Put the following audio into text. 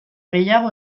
gehiago